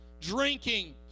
drinking